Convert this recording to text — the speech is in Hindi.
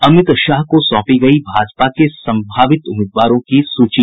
अमित शाह को सौंपी गयी भाजपा के संभावित उम्मीदवारों की सूची